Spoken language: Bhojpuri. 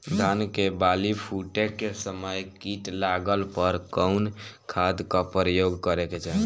धान के बाली फूटे के समय कीट लागला पर कउन खाद क प्रयोग करे के चाही?